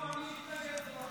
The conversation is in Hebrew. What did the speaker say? אני מחכה.